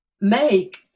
make